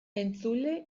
entzule